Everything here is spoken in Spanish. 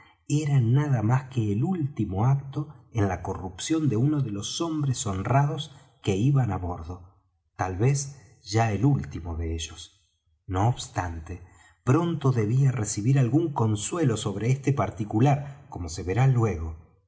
era nada más que el último acto en la corrupción de uno de los hombres honrados que iban á bordo tal vez ya el último de ellos no obstante pronto debía recibir algún consuelo sobre este particular como se verá luego